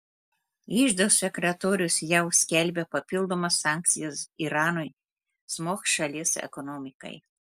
iždo sekretorius jav skelbia papildomas sankcijas iranui smogs šalies ekonomikai